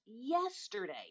yesterday